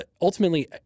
ultimately